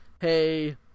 hey